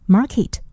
Market